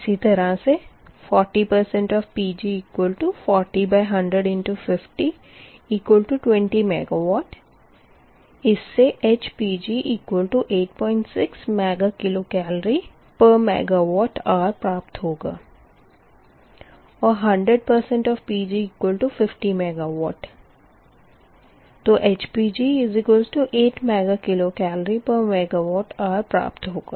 इसी तरह से 40 of Pg40100×5020 MW इस से HPg86 MkcalMWhr प्राप्त होगा और 100 of Pg50 MW तो HPg8 MkcalMWhr प्राप्त होगा